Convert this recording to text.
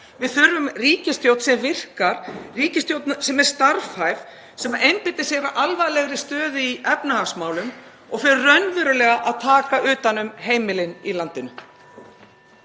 Við þurfum ríkisstjórn sem virkar og er starfhæf, sem einbeitir sér að alvarlegri stöðu í efnahagsmálum og fer raunverulega að taka utan um heimilin í landinu.